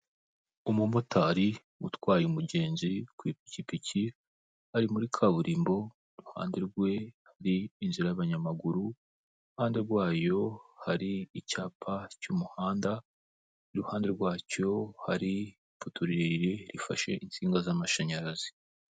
Umumotari utwaye umugenzi ku ipikipiki ari muri kaburimbo, iruhande rwe hari inzira y'abanyamaguru, iruhande rwayo hari icyapa cy'umuhanda, iruhande rwacyo hari ipoto rerire, rifashe insinga z'amashanyarazi.